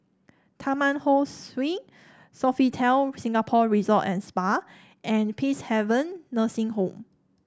Taman Ho Swee Sofitel Singapore Resort and Spa and Peacehaven Nursing Home